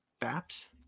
Baps